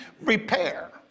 repair